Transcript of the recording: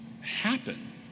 happen